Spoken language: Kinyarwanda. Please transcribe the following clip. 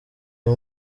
uyu